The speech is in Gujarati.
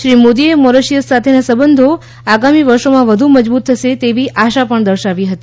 શ્રી મોદીએ મોરિશિયસ સાથેના સંબંધો આગામી વર્ષોમાં વધુ મજબૂત થશે તેવી આશા દર્શાવી હતી